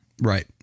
Right